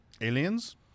Aliens